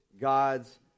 God's